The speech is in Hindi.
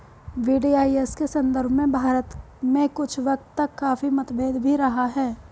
वी.डी.आई.एस के संदर्भ में भारत में कुछ वक्त तक काफी मतभेद भी रहा है